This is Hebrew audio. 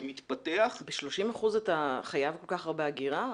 ב-30 אחוזים אתה חייב כל כך הרבה אגירה?